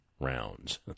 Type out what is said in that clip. rounds